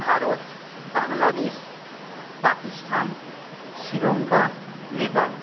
Bharat Bangladesh Pakistan Sri Lanka Nepal